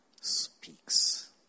speaks